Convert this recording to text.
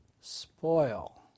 spoil